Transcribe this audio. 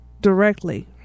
directly